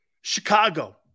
Chicago